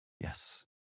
Yes